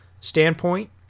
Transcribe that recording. standpoint